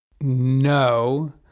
No